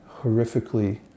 horrifically